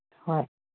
ꯍꯣꯏ